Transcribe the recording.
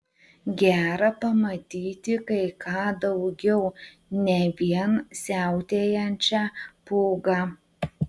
gera pamatyti kai ką daugiau ne vien siautėjančią pūgą